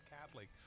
Catholic